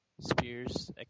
spears